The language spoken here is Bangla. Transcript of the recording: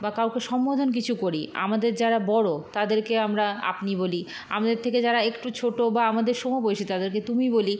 বা কাউকে সম্বোধন কিছু করি আমাদের যারা বড় তাদেরকে আমরা আপনি বলি আমাদের থেকে যারা একটু ছোটো বা আমাদের সমবয়সী তাদেরকে তুমি বলি